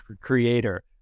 creator